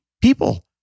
people